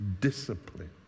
discipline